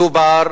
מדובר